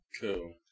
Cool